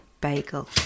bagel